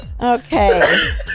Okay